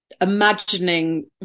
imagining